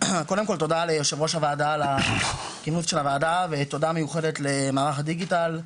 קודם כל תודה ליו"ר הוועדה על כינוס הוועדה ותודה מיוחדת למערך הדיגיטל,